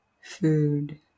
food